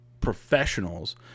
professionals